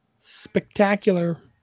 Spectacular